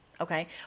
Okay